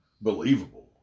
believable